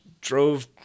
drove